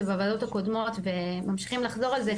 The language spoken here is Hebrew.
זה בוועדות הקודמות וממשיכים לחזור על זה,